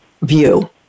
view